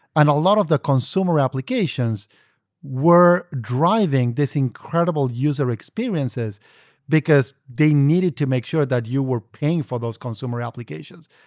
and a lot of the consumer applications were driving this incredible user experiences because they needed to make sure that you were paying for those consumer applications.